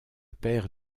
père